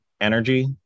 energy